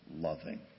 loving